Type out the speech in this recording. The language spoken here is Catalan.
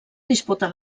disputa